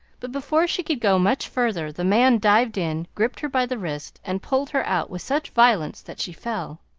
but before she could go much farther the man dived in, gripped her by the wrist, and pulled her out with such violence that she fell.